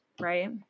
right